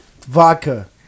Vodka